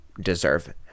deserve